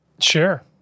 Sure